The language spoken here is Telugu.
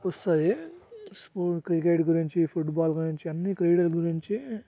వస్తాయి క్రికెట్ గురించి ఫుట్బాల్ గురించి అన్ని క్రీడలు గురించి